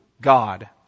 God